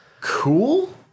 cool